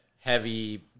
heavy